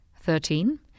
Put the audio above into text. Thirteen